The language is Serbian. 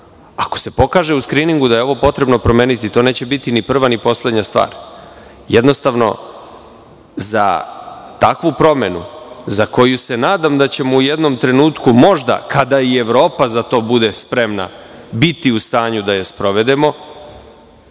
se pokaže u skriningu da je ovo potrebno promeniti, to neće biti ni prva ni poslednja stvar. Jednostavno, za takvu promenu za koju se nadam da ćemo u jednom trenutku možda, kada i Evropa bude za to spremna biti u stanju da je sprovedemo,